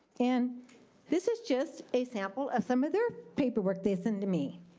and this is just a sample of some of their paperwork they sent to me.